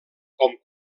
com